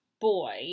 boy